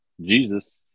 Jesus